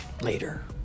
Later